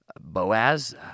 Boaz